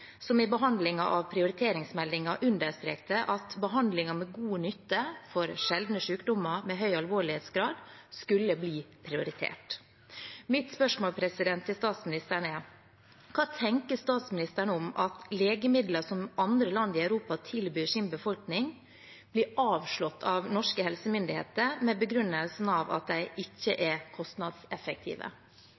av prioriteringsmeldingen understrekte at behandlinger med god nytte for sjeldne sykdommer med høy alvorlighetsgrad skulle bli prioritert. Mitt spørsmål til statsministeren er: Hva tenker statsministeren om at legemidler som andre land i Europa tilbyr sin befolkning, blir avvist av norske helsemyndigheter med begrunnelsen at de ikke er kostnadseffektive?